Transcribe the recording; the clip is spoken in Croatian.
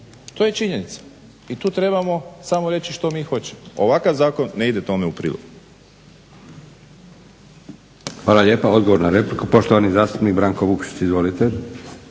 To je činjenica i tu trebamo samo reći što mi hoćemo. Ovakav zakon ne ide tome u prilog.